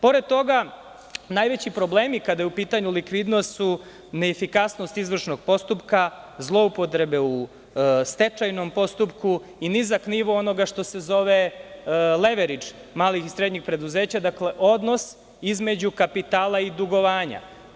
Pored toga, najveći problemi, kada je u pitanju likvidnost, su neefikasnost izvršnog postupka, zloupotrebe u stečajnom postupku i nizak nivo onoga što se zove leveridž malih i srednjih preduzeća, dakle, odnos između kapitala i dugovanja.